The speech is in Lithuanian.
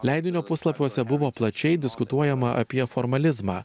leidinio puslapiuose buvo plačiai diskutuojama apie formalizmą